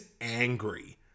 angry